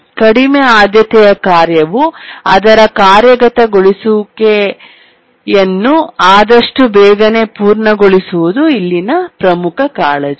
ಕಡಿಮೆ ಆದ್ಯತೆಯ ಕಾರ್ಯವು ಅದರ ಕಾರ್ಯಗತಗೊಳಿಸುವಿಕೆಯನ್ನು ಆದಷ್ಟು ಬೇಗನೆ ಪೂರ್ಣಗೊಳಿಸುವುದು ಇಲ್ಲಿನ ಪ್ರಮುಖ ಕಾಳಜಿ